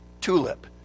TULIP